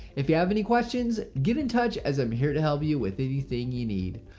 if you have any questions, get in touch as i'm here to help you with anything you need.